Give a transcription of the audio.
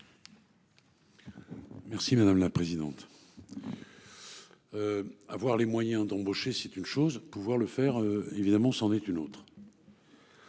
Merci madame la présidente. Avoir les moyens d'embaucher, c'est une chose, pouvoir le faire évidemment s'en est une autre.